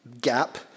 gap